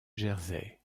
jersey